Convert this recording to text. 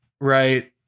right